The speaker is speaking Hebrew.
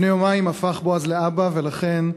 לפני יומיים הפך בועז לאבא, ולכן,